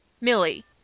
Millie